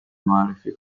معرفی